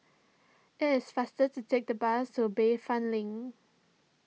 it is faster to take the bus to Bayfront Link